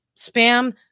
spam